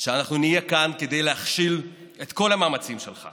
שאנחנו נהיה כאן כדי להכשיל את כל המאמצים שלך.